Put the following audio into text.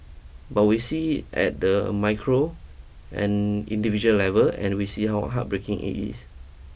but we see it at the micro and individual level and we see how heartbreaking it is